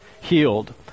healed